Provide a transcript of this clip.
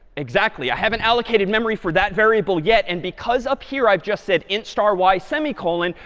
exactly. i haven't allocated memory for that variable yet. and because up here i've just said int star y semicolon.